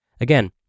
Again